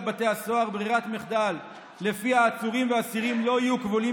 בתי הסוהר ברירת מחדל שלפיה עצורים ואסירים לא יהיו כבולים